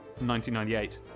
1998